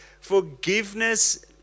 forgiveness